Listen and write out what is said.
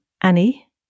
annie